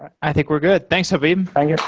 i think we're good. thanks habib thank